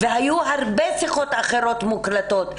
היו הרבה שיחות אחרות מוקלטות.